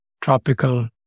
tropical